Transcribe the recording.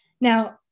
Now